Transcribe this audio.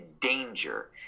danger